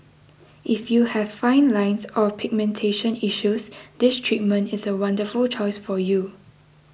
if you have fine lines or pigmentation issues this treatment is a wonderful choice for you